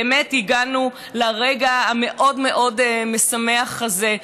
באמת הגענו לרגע המאוד-מאוד משמח הזה,